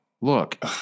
look